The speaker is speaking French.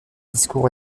discours